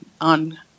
on